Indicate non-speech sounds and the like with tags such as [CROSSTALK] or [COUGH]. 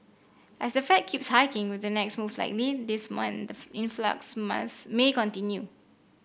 as the Fed keeps hiking with the next move likely this month the [UNINTELLIGIBLE] influx mass may continue